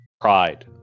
Pride